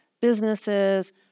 businesses